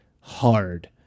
hard